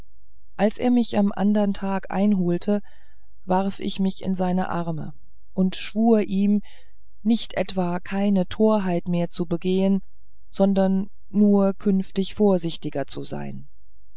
als er mich am andern tage einholte warf ich mich in seine arme und schwur ihm nicht etwa keine torheit mehr zu begehen sondern nur künftig vorsichtiger zu sein